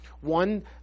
One